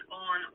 on